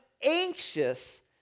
anxious